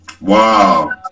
Wow